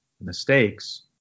mistakes